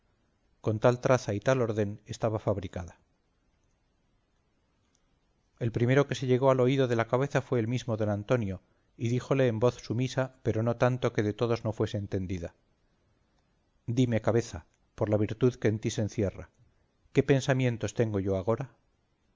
con tal traza y tal orden estaba fabricada el primero que se llegó al oído de la cabeza fue el mismo don antonio y díjole en voz sumisa pero no tanto que de todos no fuese entendida dime cabeza por la virtud que en ti se encierra qué pensamientos tengo yo agora